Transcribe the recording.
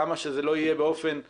למה שזה לא יהיה באופן